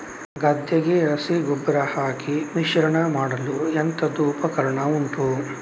ಗದ್ದೆಗೆ ಹಸಿ ಗೊಬ್ಬರ ಹಾಕಿ ಮಿಶ್ರಣ ಮಾಡಲು ಎಂತದು ಉಪಕರಣ ಉಂಟು?